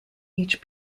each